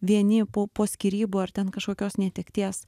vieni po po skyrybų ar ten kažkokios netekties